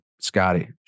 Scotty